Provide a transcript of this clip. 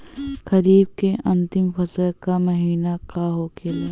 खरीफ के अंतिम फसल का महीना का होखेला?